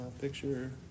Picture